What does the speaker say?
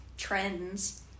trends